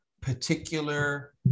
particular